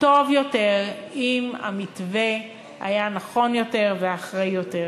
טוב יותר אם המתווה היה נכון יותר ואחראי יותר.